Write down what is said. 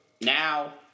now